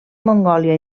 mongòlia